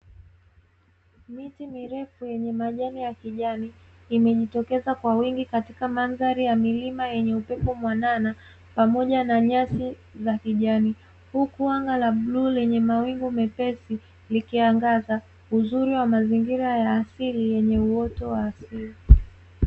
Miti mirefu yenye majani ya kijani, imejitokeza kwa wingi katika mandhari ya milima yenye upepo mwanana pamoja na nyasi za kijani, huku anga la bluu lenye mawengu mepesi, likiangaza uzuri wa mazingira ya asili, yenye uoto wa asili.